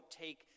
take